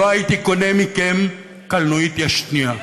לא הייתי קונה מכם קלנועית יד שנייה.